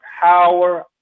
power